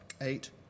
eight